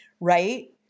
right